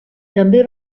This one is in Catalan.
també